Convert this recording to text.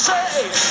Say